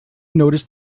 noticed